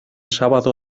sábado